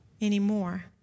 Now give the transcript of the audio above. anymore